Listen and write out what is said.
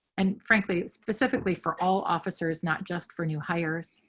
and frankly, specifically for all officers, not just for new hires.